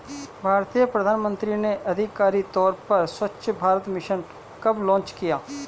भारतीय प्रधानमंत्री ने आधिकारिक तौर पर स्वच्छ भारत मिशन कब लॉन्च किया?